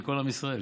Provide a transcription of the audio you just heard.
של כל עם ישראל,